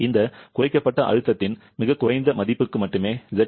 இந்த குறைக்கப்பட்ட அழுத்தத்தின் மிகக் குறைந்த மதிப்புக்கு மட்டுமே z 0